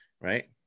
right